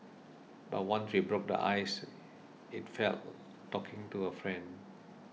but once we broke the ice it felt talking to a friend